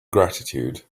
gratitude